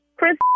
Chris